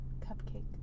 cupcake